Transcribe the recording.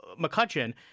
McCutcheon